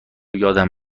یادم